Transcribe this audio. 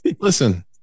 listen